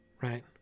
right